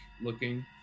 looking